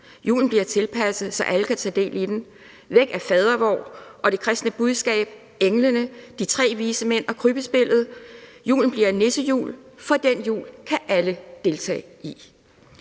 julen bliver tilpasset, så alle kan tage del i den; væk er fadervor, det kristne budskab, englene, de tre vise mænd og krybbespillet; julen bliver en nissejul, for den jul kan alle deltage i.